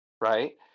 Right